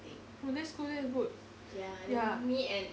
orh that's good that's good ya